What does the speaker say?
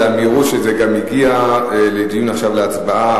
וגם על המהירות שבה זה הגיע לדיון עכשיו ולהצבעה,